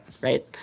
right